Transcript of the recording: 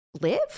live